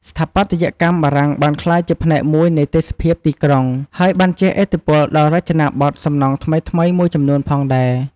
ស្ថាបត្យកម្មបារាំងបានក្លាយជាផ្នែកមួយនៃទេសភាពទីក្រុង ហើយបានជះឥទ្ធិពលដល់រចនាបថសំណង់ថ្មីៗមួយចំនួនផងដែរ។